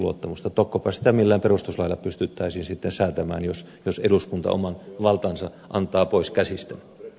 tokkopa sitä millään perustuslailla pystyttäisiin säätämään jos eduskunta oman valtansa antaa pois käsistään